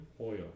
oil